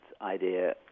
idea